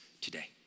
today